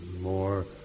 more